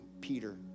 Peter